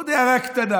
עוד הערה קטנה: